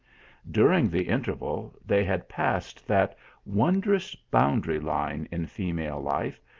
during the interval they had passed that wondrous boundary line in female life,